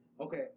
Okay